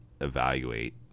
evaluate